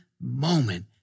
moment